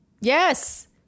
Yes